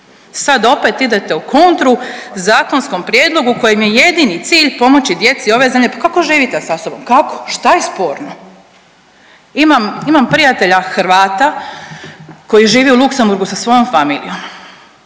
Sad opet idete u kontru zakonskom prijedlogu kojem je jedini cilj pomoći djeci ove zemlje. Pa kako živite sa sobom, kako, šta je sporno? Imam prijatelja Hrvata koji živi u Luxembourgu sa svojom familijom.